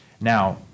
Now